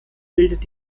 bildet